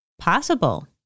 possible